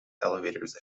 elevators